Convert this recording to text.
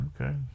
okay